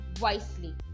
wisely